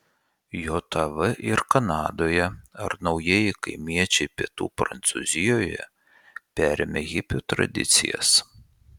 jav ir kanadoje ar naujieji kaimiečiai pietų prancūzijoje perėmę hipių tradicijas